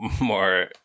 more